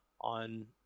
on